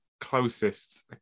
closest